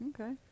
okay